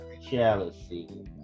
jealousy